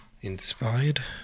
inspired